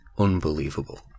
Unbelievable